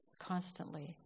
constantly